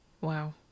Wow